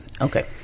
Okay